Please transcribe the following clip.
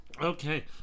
Okay